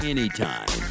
Anytime